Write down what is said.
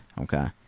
okay